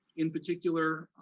in particular,